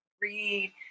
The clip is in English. read